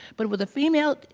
but with a female,